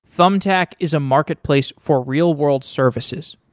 thumbtack is a marketplace for real-world services.